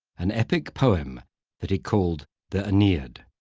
an epic poem that he called the aeneid.